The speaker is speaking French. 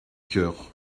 cœur